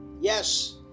Yes